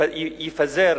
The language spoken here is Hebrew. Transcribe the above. יפזר